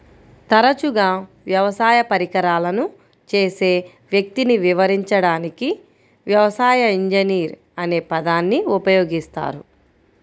తరచుగా వ్యవసాయ పరికరాలను చేసే వ్యక్తిని వివరించడానికి వ్యవసాయ ఇంజనీర్ అనే పదాన్ని ఉపయోగిస్తారు